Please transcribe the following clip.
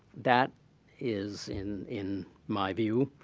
that is, in in my view,